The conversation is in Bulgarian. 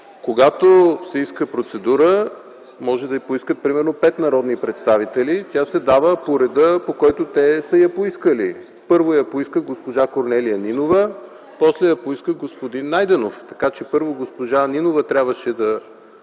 Когато се иска процедура, може да я поискат примерно пет народни представители, тя се дава по реда, по който те са я поискали. Първо я поиска госпожа Корнелия Нинова, после я поиска господин Найденов, така че първо госпожа Нинова трябваше да